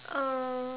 uh